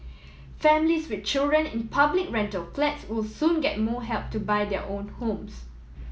families with children in public rental flats will soon get more help to buy their own homes